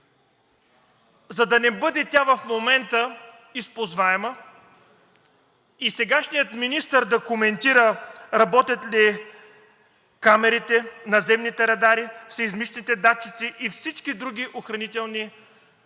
за да не бъде тя в момента използваема, и сегашният министър да коментира работят ли камерите, наземните радари, сеизмичните датчици, и всички други охранителни съоръжения.